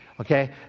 okay